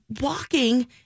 walking